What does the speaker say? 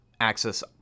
access